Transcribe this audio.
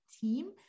team